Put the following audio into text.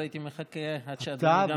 הייתי מחכה שגם אתה,